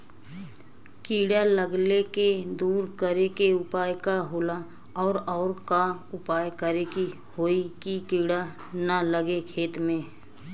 कीड़ा लगले के दूर करे के उपाय का होला और और का उपाय करें कि होयी की कीड़ा न लगे खेत मे?